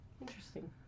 interesting